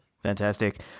Fantastic